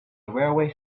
railway